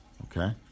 okay